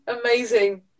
amazing